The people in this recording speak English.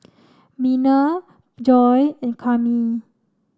Miner Joi and Cami